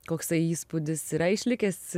koksai įspūdis yra išlikęs